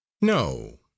No